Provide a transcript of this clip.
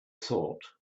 thought